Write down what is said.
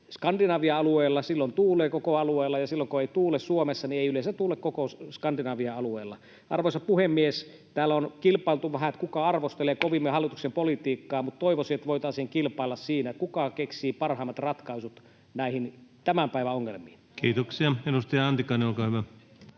Skandinavian alueella, silloin tuulee koko alueella, ja silloin kun ei tuule Suomessa, niin ei yleensä tuule missään Skandinavian alueella. Arvoisa puhemies! Täällä on vähän kilpailtu siitä, kuka arvostelee kovimmin hallituksen politiikkaa, mutta toivoisin, että voitaisiin kilpailla siinä, kuka keksii parhaimmat ratkaisut näihin tämän päivän ongelmiin. Kiitoksia. — Edustaja Antikainen, olkaa hyvä.